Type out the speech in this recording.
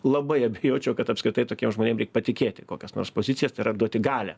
labai abejočiau kad apskritai tokiem žmonėm reik patikėti kokias nors pozicijas tai yra duoti galią